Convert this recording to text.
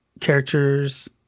characters